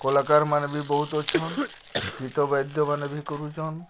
କଳାକାରମାନେ ବି ବହୁତ ଅଛନ୍ ଗୀତ ବାଦ୍ୟମାନେ ବି କରୁଛନ୍